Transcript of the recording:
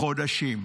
חודשים.